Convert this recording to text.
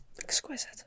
Exquisite